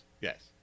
yes